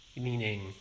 Meaning